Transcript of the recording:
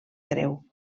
greu